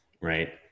right